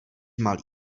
malý